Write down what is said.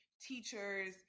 teachers